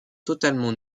totalement